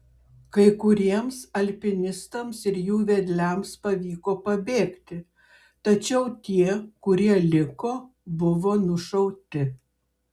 kai kuriems alpinistams ir jų vedliams pavyko pabėgti tačiau tie kurie liko buvo nušauti